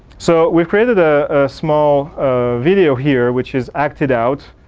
so, we've created a small video here which is acted out.